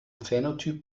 phänotyp